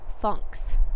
funks